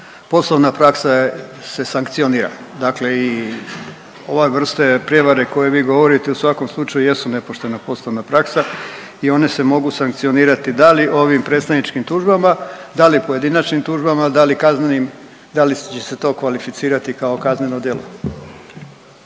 poslovna praksa je, se sankcionira, dakle i ova vrste prijevare koje vi govorite u svakom slučaju jesu nepoštena poslovna praksa i one se mogu sankcionirati. Da li ovim predstavničkim tužbama, da li pojedinačnim tužbama, da li kaznenim, da li će se to kvalificirati kao kazneno djelo.